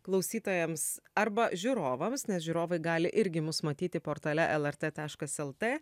klausytojams arba žiūrovams nes žiūrovai gali irgi mus matyti portale lrt taškas lt